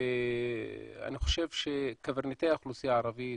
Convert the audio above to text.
ואני חושב שקברניטי האוכלוסייה הערבית,